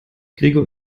gregor